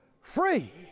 free